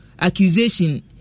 accusation